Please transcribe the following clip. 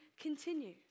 continue